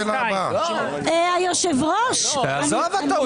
היושב ראש --- תעזוב אותו,